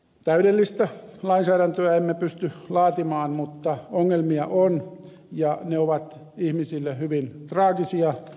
täydellistä lainsäädäntöä emme pysty laatimaan mutta ongelmia on ja ne ovat ihmisille hyvin traagisia monta kertaa